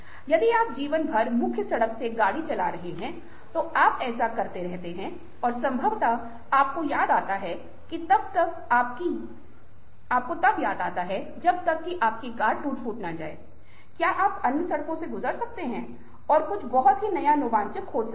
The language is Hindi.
यदि आप जीवन भर मुख्य सड़क से गाड़ी चला रहे हैं तो आप ऐसा करते रहते हैं और संभवत आपको याद आता है कि तब तक आपकी याद आती है जब तक कि आपकी कार टूट फुट न जाए क्या आप अन्य सड़कों से गुजर सकते हैं और कुछ बहुत ही नया रोमांचक खोज कर सकते हैं